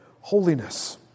holiness